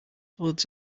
clothes